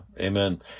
Amen